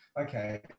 okay